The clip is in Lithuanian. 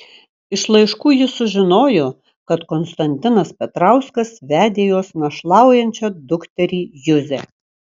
iš laiškų ji sužinojo kad konstantinas petrauskas vedė jos našlaujančią dukterį juzę